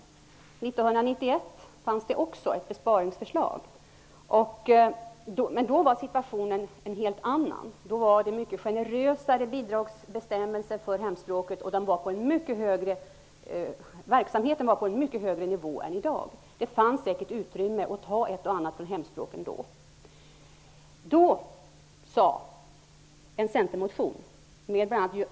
1991 fanns också ett besparingsförslag, men då var situationen en helt annan. Då fanns mycket generösare bidragsbestämmelser för hemspråksundervisningen, och verksamheten var på en mycket högre nivå än i dag. Det fanns säkert utrymme att ta ett och annat ifrån hemspråksundervisningen då.